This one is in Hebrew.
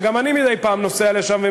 גם אני מדי פעם נוסע לשם,